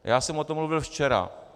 Já jsem o tom mluvil včera.